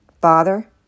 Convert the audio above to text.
Father